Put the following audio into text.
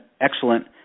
excellent